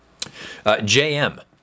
JM